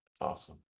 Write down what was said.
Awesome